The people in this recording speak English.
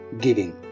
giving